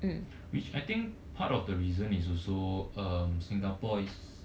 which I think part of the reason is also um singapore is